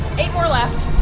eight more left.